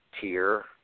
tier